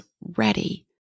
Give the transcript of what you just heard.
ready